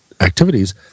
activities